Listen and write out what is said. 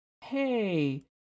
hey